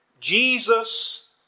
Jesus